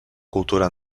cultura